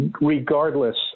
regardless